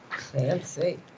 fancy